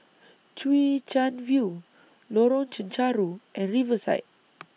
Chwee Chian View Lorong Chencharu and Riverside